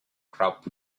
crop